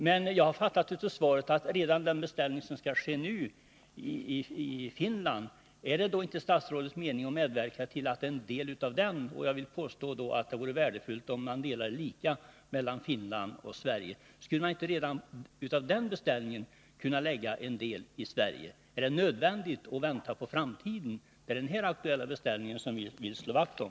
Men är det då inte statsrådets mening att den beställning som skall ske nu i Finland skulle kunna delas lika mellan Finland och Sverige? Jag vill påstå att det vore värdefullt, om man kunde lägga en del redan av den beställningen i Sverige. Är det nödvändigt att vänta på framtiden? Det är den nu aktuella beställningen vi vill slå vakt om.